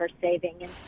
saving